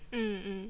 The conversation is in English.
mm mm